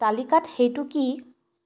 তালিকাত সেইটো কি